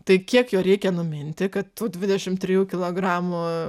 tai kiek jo reikia numinti kad tų dvidešimt trijų kilogramų